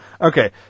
Okay